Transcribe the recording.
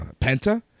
Penta